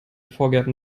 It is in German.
vorgärten